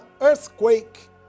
earthquake